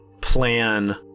plan